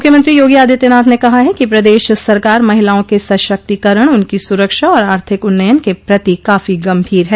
मुख्यमंत्री योगी आदित्यनाथ ने कहा है कि प्रदेश सरकार महिलाओं के सशक्तिकरण उनकी सुरक्षा और आर्थिक उन्नयन के प्रति काफी गंभीर है